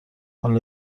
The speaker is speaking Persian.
حالا